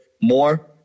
more